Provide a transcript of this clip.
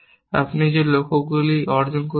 আপনি যে লক্ষ্যগুলি অর্জন করতে চান